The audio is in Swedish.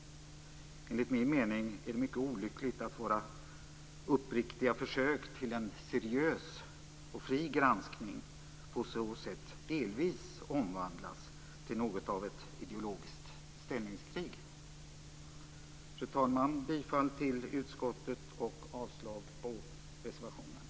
Enligt min mening är det mycket olyckligt att våra uppriktiga försök till en seriös och fri granskning på så sätt delvis omvandlas till något av ett ideologiskt ställningskrig. Fru talman! Jag yrkar på godkännande av utskottets anmälan och avslag på reservationen.